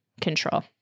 control